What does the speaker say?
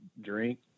drink